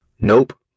Nope